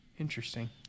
Interesting